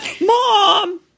mom